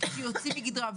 שיוצאים מגדרם,